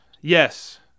Yes